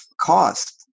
cost